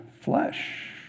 flesh